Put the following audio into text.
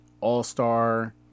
all-star